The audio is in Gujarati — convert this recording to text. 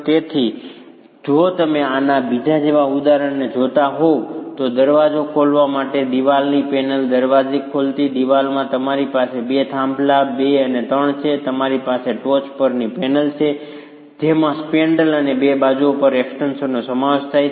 તેથી જો તમે આના જેવા બીજા ઉદાહરણને જોતા હોવ તો દરવાજો ખોલવા સાથે દિવાલની પેનલ દરવાજા ખોલતી દિવાલમાં તમારી પાસે 2 થાંભલા 2 અને 3 છે અને તમારી પાસે ટોચ પરની પેનલ છે જેમાં સ્પૅન્ડ્રેલ અને બે બાજુઓ પર એક્સ્ટેંશનનો સમાવેશ થાય છે